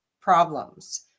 problems